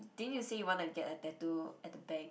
didn't you say you wanna get a tattoo at the back